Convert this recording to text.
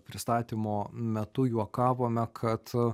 pristatymo metu juokavome kad